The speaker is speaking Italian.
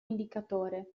indicatore